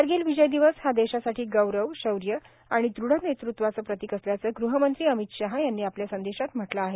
कारगिल विजय दिवस हा देशासाठी गौरव शौर्य आणि दृढ नेतृत्वाचे प्रतिक असल्याचं गृहमंत्री अमित शहा यांनी आपल्या संदेशात म्हटलं आहे